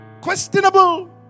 questionable